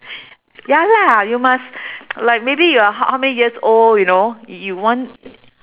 ya lah you must like maybe you are how how many years old you know you want